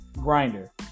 grinder